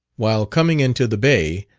while coming into the bay,